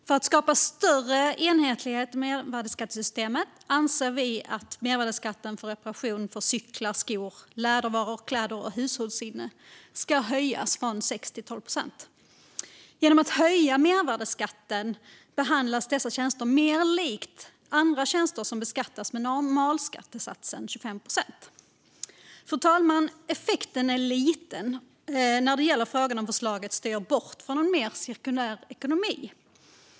För att skapa större enhetlighet i mervärdesskattesystemet anser vi att mervärdesskatten för reparationer av cyklar, skor, lädervaror, kläder och hushållslinne ska höjas från 6 till 12 procent. Genom att mervärdesskatten höjs behandlas dessa tjänster mer likt tjänster som beskattas med normalskattesatsen 25 procent. Fru talman! När det gäller frågan om förslaget styr bort från en mer cirkulär ekonomi är effekten liten.